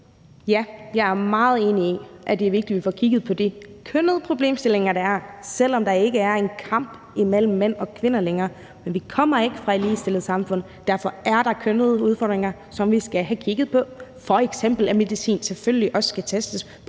ja, jeg er meget enig i, at det er vigtigt, at vi får kigget på de kønnede problemstillinger, der er, selv om der ikke er en kamp mellem mænd og kvinder længere. Men vi kommer ikke fra et ligestillet samfund, og derfor er der kønnede udfordringer, som vi skal have kigget på, f.eks. at medicin selvfølgelig også skal testes